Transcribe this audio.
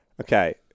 Okay